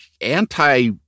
anti